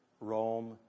Rome